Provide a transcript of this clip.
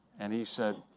and he said,